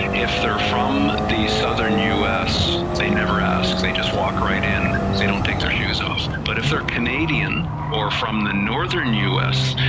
if they're from the southern us, they never ask, they just walk right in, they don't take their shoes off. but if they're canadian, or from the northern us,